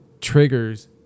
triggers